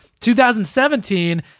2017